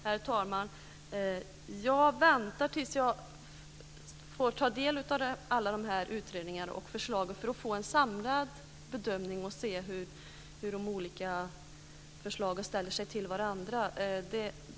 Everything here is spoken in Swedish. Herr talman! Jag väntar till dess jag får ta del av alla utredningar och förslag för att få en samlad bedömning och för att se hur de olika förslagen ställer sig till varandra.